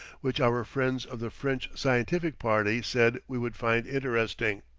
which our friends of the french scientific party said we would find interesting.